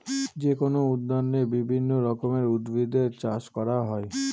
যেকোনো উদ্যানে বিভিন্ন রকমের উদ্ভিদের চাষ করা হয়